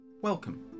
Welcome